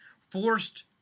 Forced